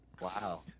wow